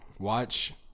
watch